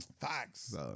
Facts